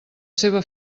seva